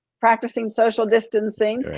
practicing social distancing.